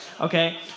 Okay